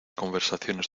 conversaciones